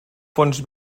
fons